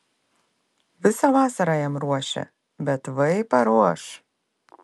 visą vasarą jam ruošia bet vai paruoš